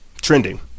Trending